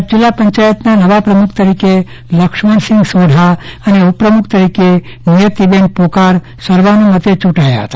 કચ્છ જિલ્લા પંચાયતના નવા પ્રમુખ તરીકે લક્ષ્મણસિંહ સોઢા અને ઉપપ્રમુખ તરીકે નિયતીબેન પોકાર સર્વાનુમત્તે ચૂંટાયા હતા